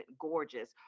gorgeous